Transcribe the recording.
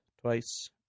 twice